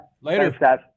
Later